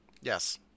yes